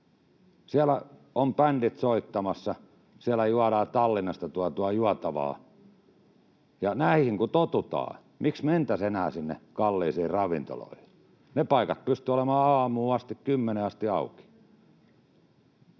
Siellä on bändit soittamassa, siellä juodaan Tallinnasta tuotua juotavaa, ja näihin kun totutaan, niin miksi mentäisiin enää sinne kalliisiin ravintoloihin? Ne paikat pystyvät olemaan aamuun asti, kymmeneen asti auki.